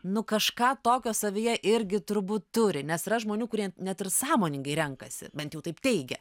nu kažką tokio savyje irgi turbūt turi nes yra žmonių kurie net ir sąmoningai renkasi bent jau taip teigia